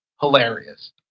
hilarious